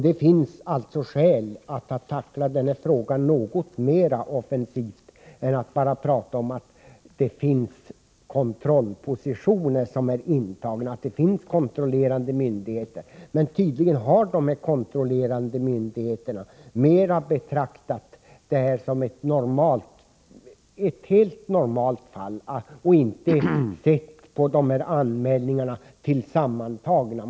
Det finns alltså skäl att tackla denna fråga något mer offensivt än att bara tala om att det finns kontrollpositioner och att det finns kontrollerande myndigheter. Tydligen har dessa kontrollerande myndigheter mera betraktat det här som ett helt normalt fall och inte sett på anmälningarna sammantagna.